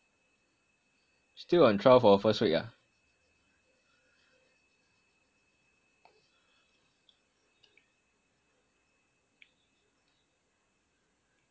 still on trial for first week ah